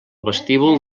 vestíbul